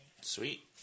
Sweet